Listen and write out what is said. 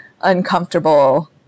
uncomfortable